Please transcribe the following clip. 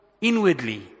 inwardly